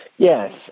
Yes